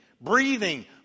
Breathing